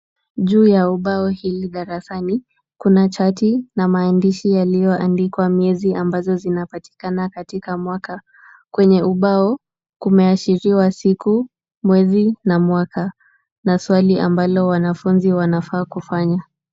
Juu ya ubao hili darasani, kuna chati na maandishi yaliyoandikwa miezi ambazo zinapatikana katika mwaka. Kwenye ubao kumeashiriwa siku, mwezi na mwaka na swali ambalo wanafunzi wanafaa kufanya.